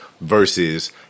versus